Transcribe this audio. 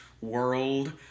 world